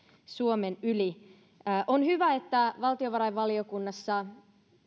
suomen yli on hyvä että valtiovarainvaliokunnassa